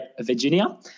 Virginia